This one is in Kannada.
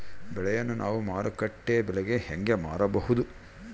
ಬೆಳೆಯನ್ನ ನಾವು ಮಾರುಕಟ್ಟೆ ಬೆಲೆಗೆ ಹೆಂಗೆ ಮಾರಬಹುದು?